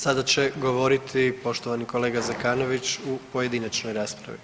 Sada će govoriti poštovani kolega Zekanović u pojedinačnoj raspravi.